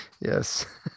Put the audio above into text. yes